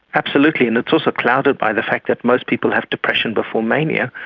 absolutely, and it's also clouded by the fact that most people have depression before mania.